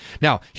Now